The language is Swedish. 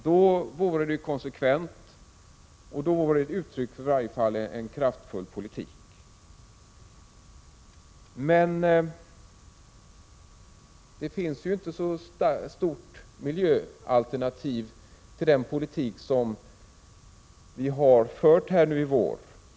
Då vore det konsekvent, och då vore det i varje fall uttryck för en kraftfull politik. Men det finns ju inte något miljöalternativ till den politik som vi har fört här nu i vår.